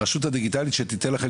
הרשות הדיגיטלית שתיתן לכם,